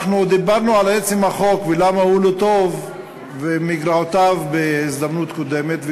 דיברנו על עצם החוק ולמה הוא לא טוב ומגרעותיו בהזדמנות קודמת,